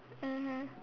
mmhmm